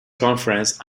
conference